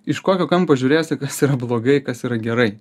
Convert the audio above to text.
iš kokio kampo žiūrėsi kas yra blogai kas yra gerai